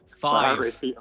Five